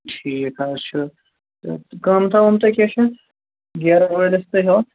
ٹھیٖک حظ چھُ تہٕ قۭمتھا وٲمتھا کیٛاہ چھُ اَتھ گیرٕ وٲلِس تُہۍ ہُو